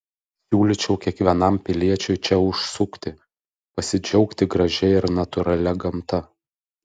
siūlyčiau kiekvienam piliečiui čia užsukti pasidžiaugti gražia ir natūralia gamta